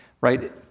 right